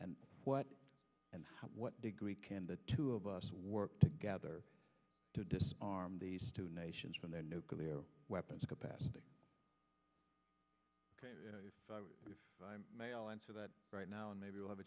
and what and what degree can the two of us work together to disarm these two nations from their nuclear weapons capacity if i'm male answer that right now and maybe we'll have a